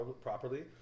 properly